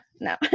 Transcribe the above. no